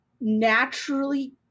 naturally